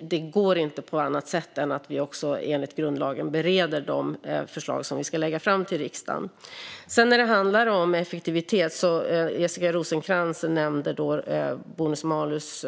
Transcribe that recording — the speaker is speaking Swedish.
Det går inte på annat sätt än att vi enligt grundlagen bereder de förslag som vi ska lägga fram till riksdagen. Jessica Rosencrantz tog även upp effektivitet och nämnde bonus-malus